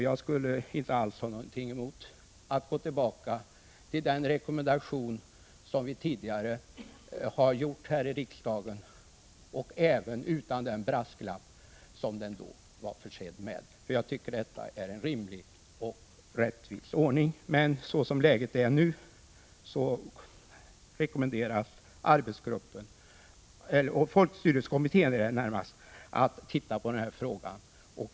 Jag skulle inte alls ha någonting emot att gå tillbaka till den rekommendation som vi tidigare har gjort här i riksdagen, även utan den brasklapp som den då var försedd med, för jag tycker att detta är en rimlig och rättvis ordning. Men såsom läget är nu rekommenderas att folkstyrelsekommittén får se över frågan.